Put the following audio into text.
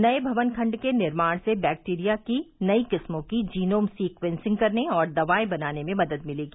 नए भवन खंड के निर्माण से बैक्टीरिया की नई किस्मों की जीनोम सीक्येंसिंग करने और दवाएं बनाने में मदद मिलेगी